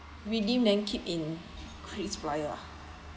redeem then keep in krisflyer ah